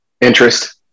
interest